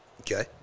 Okay